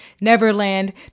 Neverland